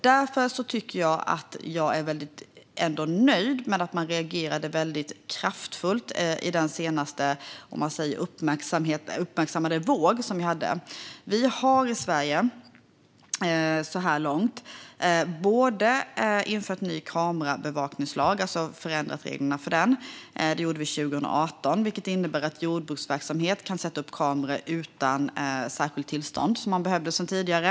Därför är jag väldigt nöjd med att man reagerade väldigt kraftfullt vid den senaste uppmärksammade vågen. Vi har i Sverige så här långt förändrat reglerna för kameraövervakning. Det gjorde vi 2018, vilket innebär att en jordbruksverksamhet kan sätta upp kameror utan särskilt tillstånd, något som man behövde tidigare.